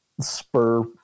spur